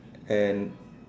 and